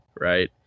right